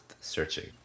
searching